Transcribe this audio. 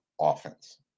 offense